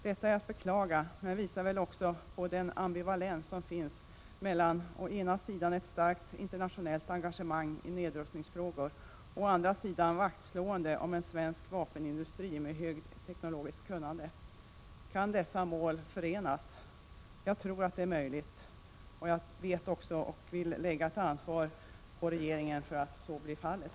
Detta är att beklaga, men det visar väl också på ambivalensen mellan å ena sidan ett starkt internationellt engagemang i nedrustningsfrågor och å andra sidan vaktslåendet om en svensk vapenindustri med högt teknologiskt kunnande. Kan dessa mål förenas? Jag tror att det är möjligt, och jag vet också att regeringen har ett ansvar för att så blir fallet.